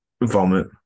vomit